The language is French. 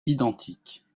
identiques